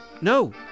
no